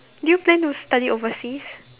do you plan to study overseas